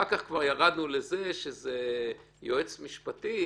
אחר כך כבר ירדנו ליועץ משפטי,